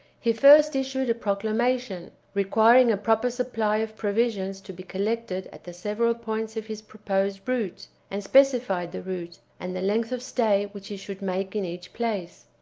he first issued a proclamation requiring a proper supply of provisions to be collected at the several points of his proposed route, and specified the route, and the length of stay which he should make in each place.